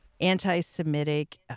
anti-Semitic